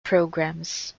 programs